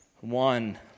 one